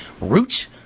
Root